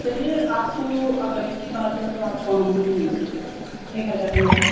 चलिए आपको अगर ऐसी बात है तो आपको हम एक हज़ार में लगा